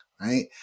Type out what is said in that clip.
right